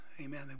Amen